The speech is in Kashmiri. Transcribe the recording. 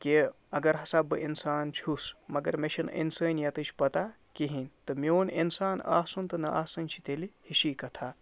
کہِ اگر ہسا بہٕ اِنسان چھُس مگر مےٚ چھَنہٕ اِنسٲنِیَتٕچ پَتَہ کِہیٖنۍ تہٕ میون اِنسان آسُن تہٕ نَہ آسٕنۍ چھِ تیٚلہِ ہِشی کَتھاہ